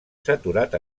saturat